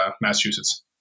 Massachusetts